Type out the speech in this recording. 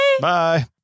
Bye